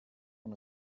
von